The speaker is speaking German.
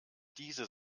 diese